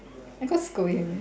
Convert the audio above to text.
I go scold him